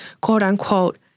quote-unquote